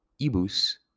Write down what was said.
ibus